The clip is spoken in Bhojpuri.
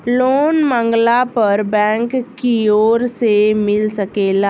लोन मांगला पर बैंक कियोर से मिल सकेला